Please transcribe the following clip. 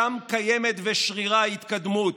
שם קיימת ושרירה התקדמות.